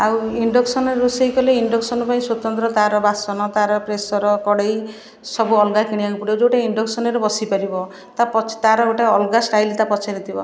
ଆଉ ଇଣ୍ଡକ୍ସନରେ ରୋଷେଇ କଲେ ଇଣ୍ଡକ୍ସନ୍ ପାଇଁ ସ୍ୱତନ୍ତ୍ର ତା'ର ବାସନ ତା'ର ପ୍ରେସର୍ କଡ଼େଇ ସବୁ ଅଲଗା କିଣିବାକୁ ପଡ଼ିବ ଯେଉଁଟା ଇଣ୍ଡକ୍ସନରେ ବସି ପାରିବ ତା ପଛ ତା'ର ଗୋଟେ ଅଲଗା ଷ୍ଟାଇଲ୍ ତା ପଛରେ ଥିବ